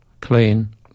clean